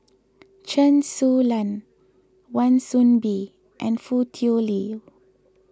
Chen Su Lan Wan Soon Bee and Foo Tui Liew